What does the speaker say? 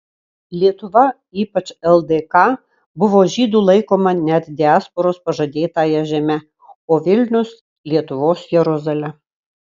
lietuva ypač ldk buvo žydų laikoma net diasporos pažadėtąja žeme o vilnius lietuvos jeruzale